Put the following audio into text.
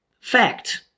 Fact